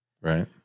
Right